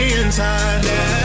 inside